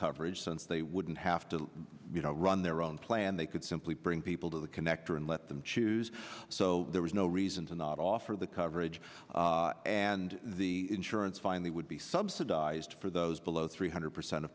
coverage since they wouldn't have to run their own plan they could simply bring people to the connector and let them choose so there was no reason to not offer the coverage and the insurance finally would be subsidized for those below three hundred percent of